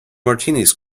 martinis